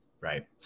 right